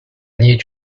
need